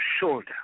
shoulder